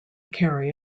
carry